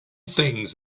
things